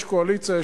יש קואליציה,